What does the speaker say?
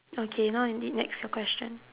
okay now we need next your question